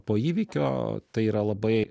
po įvykio tai yra labai